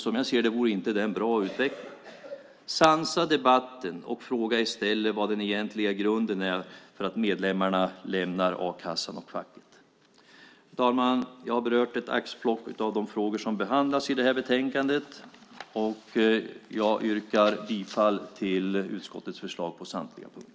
Som jag ser det vore det inte en bra utveckling. Sansa debatten och fråga i stället vad den egentliga orsaken är till att medlemmarna lämnar a-kassan och facket! Fru talman! Jag har berört ett axplock av de frågor som behandlas i det här betänkandet, och jag yrkar bifall till utskottets förslag på samtliga punkter.